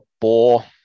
bore